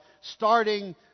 starting